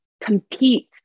compete